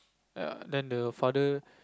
ya then the father